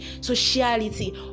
sociality